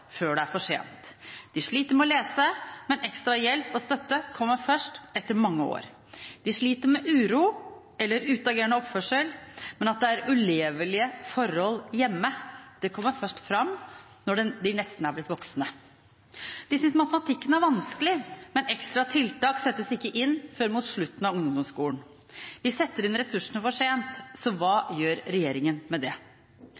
før det er for sent. De sliter med å lese, men ekstra hjelp og støtte kommer først etter mange år. De sliter med uro eller utagerende oppførsel, men at det er ulevelige forhold hjemme, kommer først fram når de nesten er blitt voksne. De synes matematikken er vanskelig, men ekstra tiltak settes ikke inn før mot slutten av ungdomsskolen. Vi setter inn ressursene for sent, så hva gjør regjeringen med det?